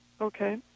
Okay